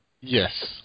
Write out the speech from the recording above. Yes